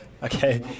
Okay